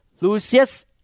Lucius